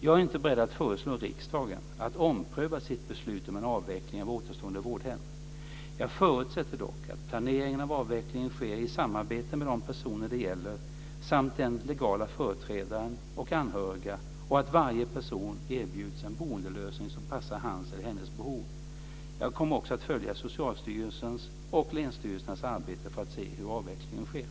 Jag är inte beredd att föreslå riksdagen att ompröva sitt beslut om en avveckling av återstående vårdhem. Jag förutsätter dock att planeringen av avvecklingen sker i samarbete med de personer det gäller samt den legala företrädaren och anhöriga och att varje person erbjuds en boendelösning som passar hans eller hennes behov. Jag kommer också att följa Socialstyrelsens och länsstyrelsernas arbete för att se hur avvecklingen sker.